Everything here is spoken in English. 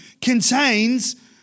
contains